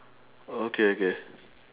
okay okay